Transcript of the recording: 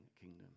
kingdom